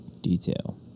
detail